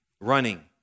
running